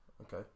Okay